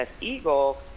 Eagle